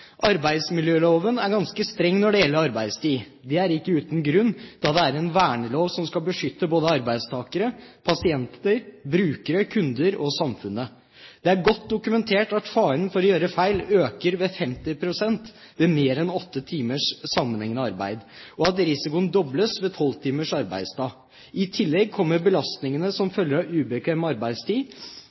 Arbeidsmiljøloven er ganske streng når det gjelder arbeidstid. Det er ikke uten grunn, da det er en vernelov som skal beskytte både arbeidstakere, pasienter, brukere, kunder og samfunnet. Det er godt dokumentert at faren for å gjøre feil øker med 50 pst. ved mer enn åtte timer sammenhengende arbeid, og at risikoen dobles ved 12-timers arbeidsdag. I tillegg kommer belastningene som følge av ubekvem arbeidstid